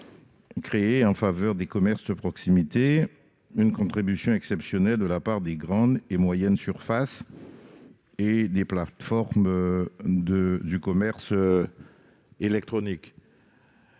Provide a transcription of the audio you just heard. créer, en faveur des commerces de proximité, une contribution exceptionnelle de la part des grandes et moyennes surfaces, ainsi que des plateformes de commerce électronique.